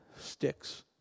sticks